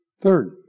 Third